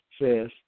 says